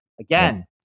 Again